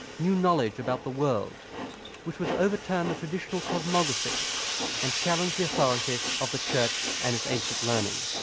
new knowledge about the world which would overturn the traditional cosmography and challenge the authority of the church and its ancient learning.